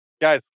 Guys